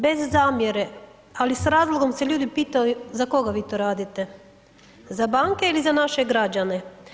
Bez zamjere, ali s razlogom se ljudi pitaju za koga vi to radite, za banke ili za naše građane?